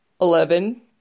eleven